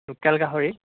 local গাহৰি